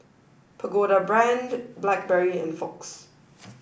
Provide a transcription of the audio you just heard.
Pagoda Brand Blackberry and Fox